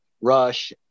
rush